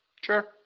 sure